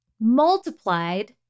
multiplied